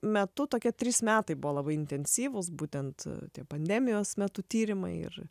metu tokie trys metai buvo labai intensyvūs būtent tie pandemijos metu tyrimai ir